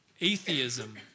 atheism